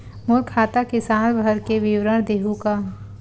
मोर खाता के साल भर के विवरण देहू का?